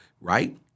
right